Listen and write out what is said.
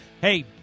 Hey